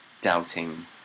doubting